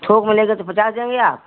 थोक में लेंगे तो पचास देंगे आप